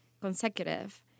consecutive